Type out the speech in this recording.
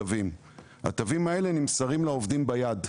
התווים האלה נמסרים לעובדים ביד.